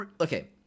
okay